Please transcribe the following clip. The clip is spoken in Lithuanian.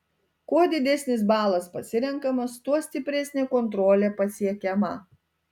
kuo didesnis balas pasirenkamas tuo stipresnė kontrolė pasiekiama